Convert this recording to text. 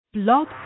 Blog